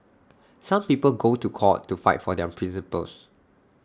some people go to court to fight for their principles